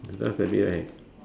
you dance a bit right